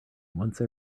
once